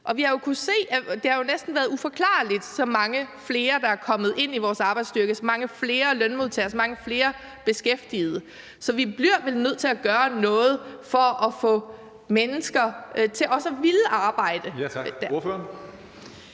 næsten været uforklarligt – hvor mange flere der er kommet ind i vores arbejdsstyrke, så mange flere lønmodtagere, så mange flere beskæftigede. Så vi bliver vel nødt til at gøre noget for også at få mennesker til at ville arbejde